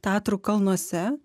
tatrų kalnuose